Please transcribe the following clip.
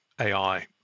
AI